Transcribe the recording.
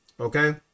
Okay